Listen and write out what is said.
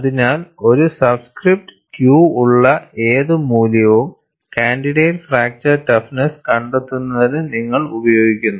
അതിനാൽ ഒരു subscript Q ഉള്ള ഏത് മൂല്യവും കാൻഡിഡേറ്റ് ഫ്രാക്ചർ ടഫ്നെസ്സ് കണ്ടെത്തുന്നതിന് നിങ്ങൾ ഉപയോഗിക്കുന്നു